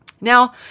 Now